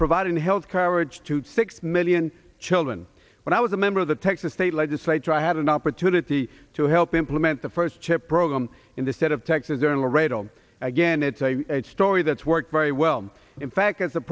providing health coverage to six million children when i was a member of the texas state legislature i had an opportunity to help implement the first chip program in the state of texas there and we're right on again it's a story that's worked very well in fact as the